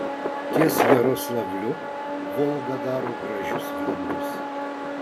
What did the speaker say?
ties jaroslavliu volga daro gražius vingius